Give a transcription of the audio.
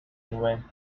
invent